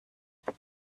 there